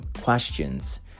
questions